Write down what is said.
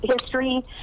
history